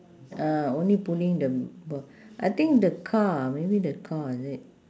uh only pulling the b~ I think the car ah maybe the car is it